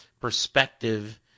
perspective